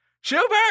Schubert